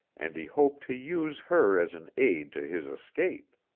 and he hoped to use her as an aid to his escape.